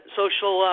social